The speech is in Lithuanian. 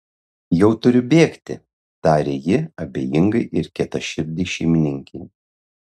jau turiu bėgti tarė ji abejingai ir kietaširdei šeimininkei